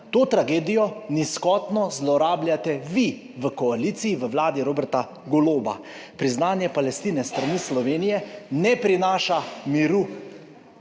To tragedijo nizkotno zlorabljate vi v koaliciji, v vladi Roberta Goloba. Priznanje Palestine s strani Slovenije ne prinaša miru